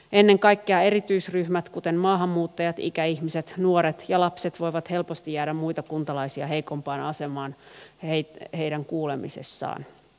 ennen kaikkea erityisryhmät kuten maahanmuuttajat ikäihmiset nuoret ja lapset voivat helposti jäädä muita kuntalaisia heikompaan asemaan heidän kuulemisessaan